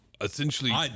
essentially